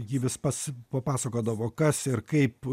ji vis pas papasakodavo kas ir kaip